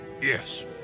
Yes